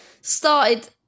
started